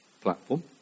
platform